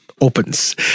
Opens